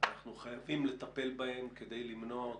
שאנחנו חייבים לטפל בהם כדי למנוע אותם.